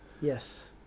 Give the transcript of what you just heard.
Yes